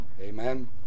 Amen